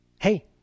Hey